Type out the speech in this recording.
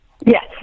Yes